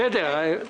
אני רק אסיים.